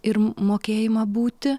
ir mokėjimą būti